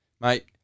Mate